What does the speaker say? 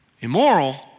Immoral